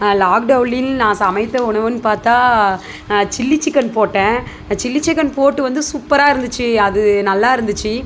லாக்டவுனில் நான் சமைத்த உணவுன்னு பார்த்தா சில்லி சிக்கன் போட்டேன் சில்லி சிக்கன் போட்டு வந்து சூப்பராக இருந்துச்சு அது நல்லாருந்துச்சு